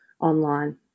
online